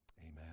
Amen